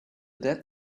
dead